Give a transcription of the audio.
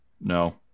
No